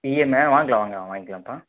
EMI ஆ வாங்கலாம் வாங்கலாம் வாங்கிக்கலாம்பா